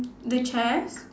the chairs